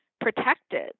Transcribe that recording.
protected